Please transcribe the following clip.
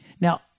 Now